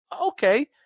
Okay